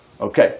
Okay